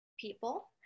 people